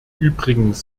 übrigens